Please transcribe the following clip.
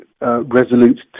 resolute